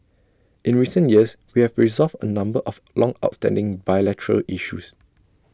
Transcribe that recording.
in recent years we have resolved A number of longstanding bilateral issues